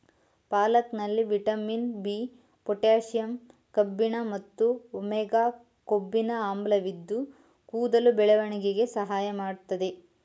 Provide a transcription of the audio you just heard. ಪಾಲಕಲ್ಲಿ vitamin B, potassium ಕಬ್ಬಿಣ ಮತ್ತು omega ಕೊಬ್ಬಿನ ಆಮ್ಲವಿದ್ದು ಕೂದಲ ಬೆಳವಣಿಗೆಗೆ ಸಹಾಯ ಮಾಡ್ತದೆ